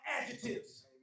adjectives